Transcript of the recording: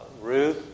Ruth